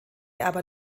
aber